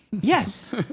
Yes